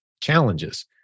challenges